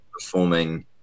performing